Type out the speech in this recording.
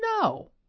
No